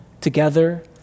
together